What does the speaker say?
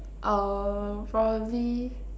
uh probably